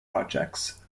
projects